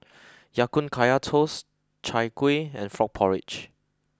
Ya Kun Kaya Toast Chai Kueh and Frog Porridge